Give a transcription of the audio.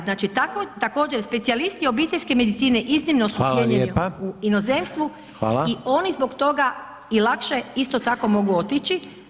Znači također specijalisti obiteljske medicine iznimno su cijenjeni u inozemstvu i oni zbog toga i lakše isto tako mogu otići